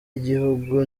igihugu